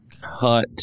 cut